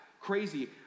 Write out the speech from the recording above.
crazy